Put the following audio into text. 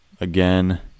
again